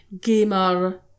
gamer